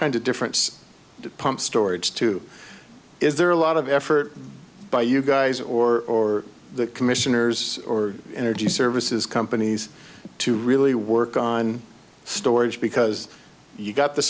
kind of different to pump storage to is there a lot of effort by you guys or the commissioners or energy services companies to really work on storage because you've got the